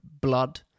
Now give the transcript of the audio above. blood